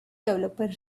developer